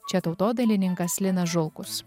čia tautodailininkas linas žulkus